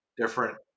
different